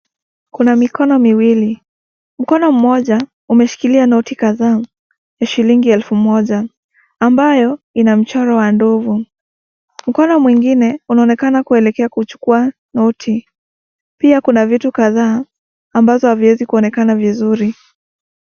Kuna mikono miwili, mkono mmoja umeshikilia noti kadhaa ya shilingi ya elfu moja ambayo ina mchoro wa ndovu, mkono mwingine unaonekana kuelekea kuuchukua noti, pia kuna vitu kadhaa ambavyo haviwezi kuonekana vizuri.